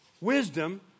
Wisdom